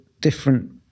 different